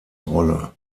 rolle